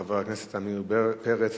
חבר הכנסת עמיר פרץ,